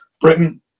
britain